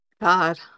God